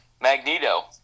Magneto